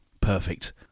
Perfect